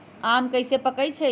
आम कईसे पकईछी?